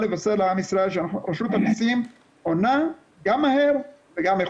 לבשר לעם ישראל שרשות המסים עונה גם מהר וגם איכותי.